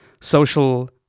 social